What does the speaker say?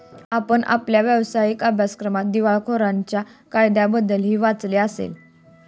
आपण आपल्या व्यावसायिक अभ्यासक्रमात दिवाळखोरीच्या कायद्याबद्दलही वाचले असेल